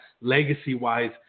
legacy-wise